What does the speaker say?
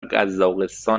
قزاقستان